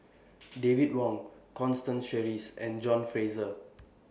David Wong Constance Sheares and John Fraser